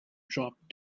dropped